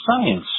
science